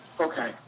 Okay